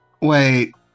wait